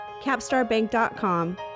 capstarbank.com